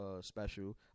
special